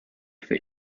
for